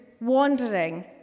wandering